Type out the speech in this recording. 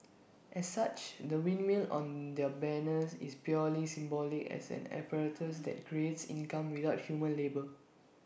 as such the windmill on their banners is purely symbolic as an apparatus that creates income without human labour